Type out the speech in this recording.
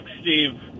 Steve